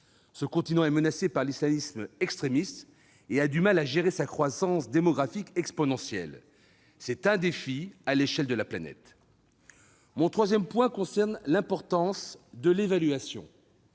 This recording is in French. Ce continent est menacé par l'islamisme extrémiste et a du mal à gérer sa croissance démographique exponentielle. Il représente un défi à l'échelle de la planète. J'aborderai maintenant l'importance de l'évaluation.